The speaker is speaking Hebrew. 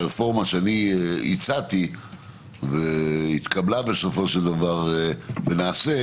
הרפורמה שאני הצעתי והתקבלה בסופו של דבר ונעשית,